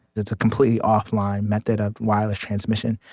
it's a completely offline method of wireless transmission,